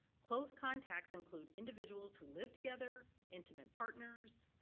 close contacts include individuals who live together, intimate partners,